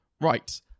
Right